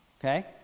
Okay